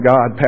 God